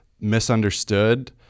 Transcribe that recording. misunderstood